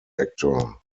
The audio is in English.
actor